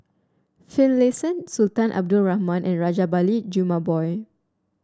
Finlayson Sultan Abdul Rahman and Rajabali Jumabhoy